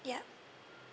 yup